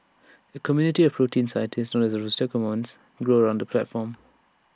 A community of protein scientists known as the Rosetta Commons grew around the platform